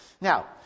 Now